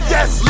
Yes